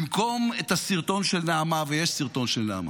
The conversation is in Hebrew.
במקום את הסרטון של נעמה, ויש סרטון של נעמה,